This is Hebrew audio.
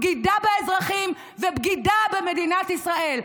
בגידה באזרחים ובגידה במדינת ישראל.